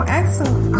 excellent